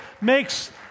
makes